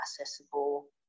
accessible